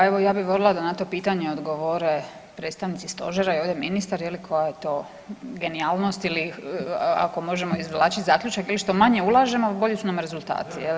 Pa evo ja bi volila da na to pitanje odgovore predstavnici stožera i ovdje ministar je li koja je to genijalnost ili ako možemo izvlačit zaključak ili što manje ulažemo bolji su nam rezultati je li.